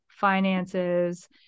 finances